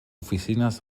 oficines